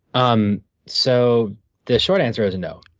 um so the short answer is and no,